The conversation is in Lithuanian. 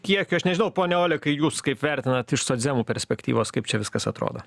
kiekio aš nežinau pone olekai jūs kaip vertinat iš socdemų perspektyvos kaip čia viskas atrodo